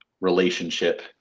relationship